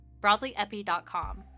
BroadlyEpi.com